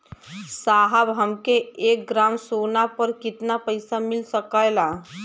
साहब हमके एक ग्रामसोना पर कितना पइसा मिल सकेला?